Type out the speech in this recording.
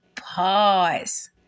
Pause